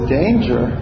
danger